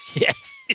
Yes